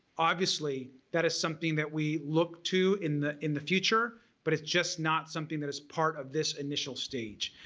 obviously that is something that we look to in the in the future but it's just not something that is part of this initial stage.